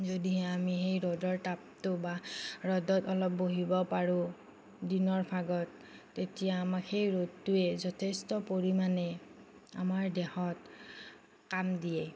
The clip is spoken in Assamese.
যদিহে আমি সেই ৰ'দৰ তাপটো বা ৰ'দত অলপ বহিব পাৰোঁ দিনৰ ভাগত তেতিয়া আমাক সেই ৰ'দটোৱে যথেষ্ট পৰিমাণে আমাৰ দেহত কাম দিয়ে